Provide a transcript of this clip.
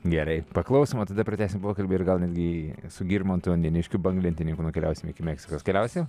gerai paklausom o tada pratęsim pokalbį ir gal netgi su girmantu nėniškiu banglentininku nukeliausim iki meksikos keliausim